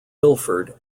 ilford